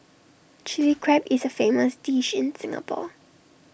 Chilli Crab is A famous dish in Singapore